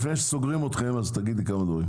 לפני שסוגרים אתכם, תגידי כמה דברים.